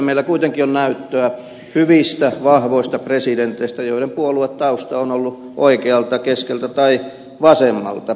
meillä kuitenkin on näyttöä hyvistä vahvoista presidenteistä joiden puoluetausta on ollut oikealta keskeltä tai vasemmalta